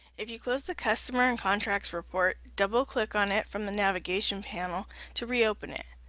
if you closed the customerandcontracts report double click on it from the navigation panel to re-open it.